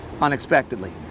unexpectedly